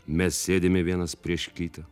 mes sėdime vienas prieš kitą